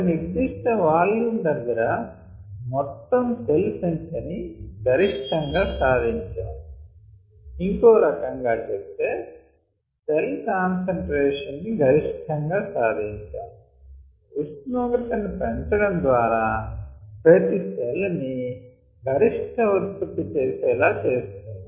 ఓక నిర్దిష్ట వాల్యూమ్ దగ్గర మొత్తం సెల్ సంఖ్య ని గరిష్టం గా సాధించాం ఇంకో రకం గా చెప్తే సెల్ కాన్సంట్రేషన్ ని గరిష్టం గా సాధించాం ఉష్ణోగ్రతని పెంచడం ద్వారా ప్రతి సెల్ ని గరిష్ట ఉత్పత్తి చేసేలా చేస్తున్నాం